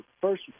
first